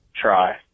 try